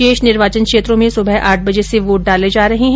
शेष निर्वाचन क्षेत्रों में सुबह आठ बजे से वोट डाले जा रहे हैं